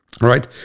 right